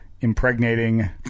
Impregnating